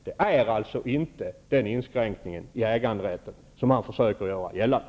Det rör sig alltså inte om den inskränkning av äganderätten som Per Stenmarck försöker göra gällande.